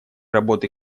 работы